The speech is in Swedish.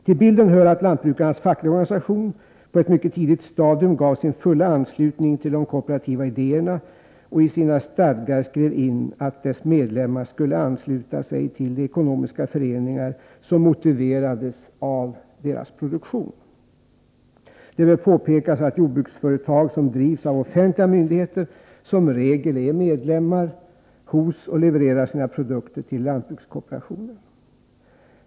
Till bilden hör att lantbrukarnas fackliga organisation på ett mycket tidigt stadium gav sin fulla anslutning till de kooperativa idéerna. I sina stadgar skrev man in att medlemmarna skulle ansluta sig till de ekonomiska föreningar som motiverades av deras produktion. Det bör påpekas att jordbruksföretag som drivs av offentliga myndigheter i regel är medlemmar hos och levererar sina produkter till lantbrukskooperationen.